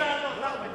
תן לשר לענות, אחמד.